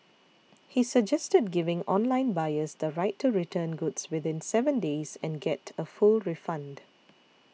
he suggested giving online buyers the right to return goods within seven days and get a full refund